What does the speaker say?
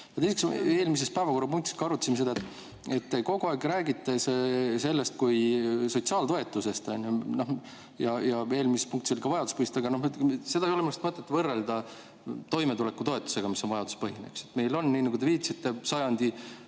Eelmises päevakorrapunktis ka arutasime seda, te kogu aeg räägite sellest kui sotsiaaltoetusest ja eelmises punktis ka vajaduspõhisusest, aga seda ei ole mõtet võrrelda toimetulekutoetusega, mis on vajaduspõhine. Meil on nii, nagu te viitasite, sajandi